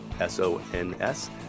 S-O-N-S